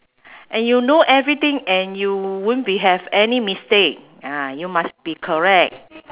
and you know everything and you won't be have any mistake ah you must be correct